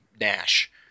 Nash